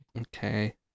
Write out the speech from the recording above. Okay